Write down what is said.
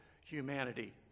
humanity